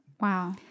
Wow